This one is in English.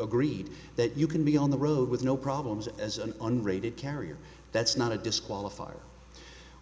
agreed that you can be on the road with no problems as an unrated carrier that's not a disqualifier